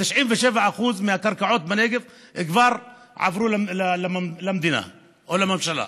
97% מהקרקעות בנגב כבר עברו למדינה או לממשלה.